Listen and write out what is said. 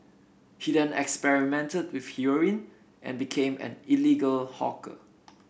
he then experimented with heroin and became an illegal hawker